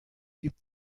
gibt